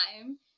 time